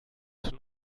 schon